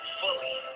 fully